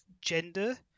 gender